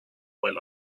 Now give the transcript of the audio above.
while